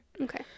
okay